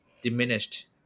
diminished